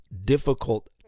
difficult